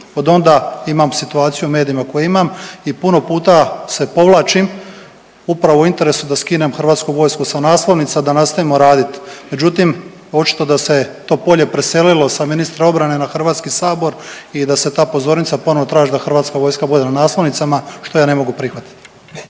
Odonda imam situaciju u medijima koju imam i puno puta se povlačim upravo u interesu da skinem HV sa naslovnica da nastavimo radit, međutim očito da se to polje preselilo sa ministra obrane na HS i da se ta pozornica ponovo traži da HV bude na naslovnicama, što ja ne mogu prihvatiti.